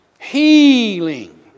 healing